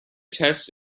tests